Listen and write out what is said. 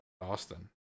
Austin